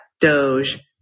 Doge